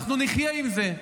אנחנו נחיה עם זה.